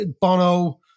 Bono